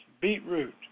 beetroot